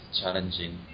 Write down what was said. challenging